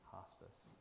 hospice